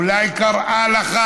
אולי הוא קרא לך,